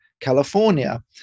California